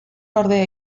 ordea